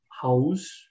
house